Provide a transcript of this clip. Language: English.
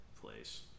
place